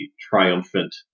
triumphant